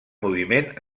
moviment